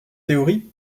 théorie